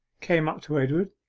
came up to edward,